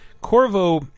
Corvo